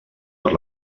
per